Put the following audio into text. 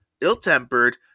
ill-tempered